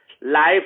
life